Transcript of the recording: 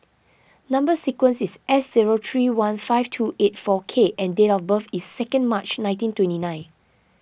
Number Sequence is S zero three one five two eight four K and date of birth is second March nineteen twenty nine